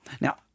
Now